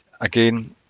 again